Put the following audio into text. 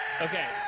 Okay